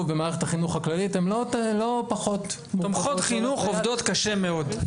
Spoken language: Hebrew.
במערכת החינוך הכללית - תומכות חינוך עובדות קשה מאוד.